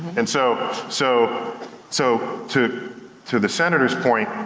and so so so to to the senator's point,